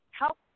help